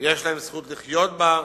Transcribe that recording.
יש להם זכות לחיות בה.